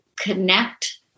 Connect